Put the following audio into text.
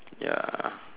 ya